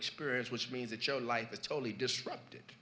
experience which means that your life is totally disrupted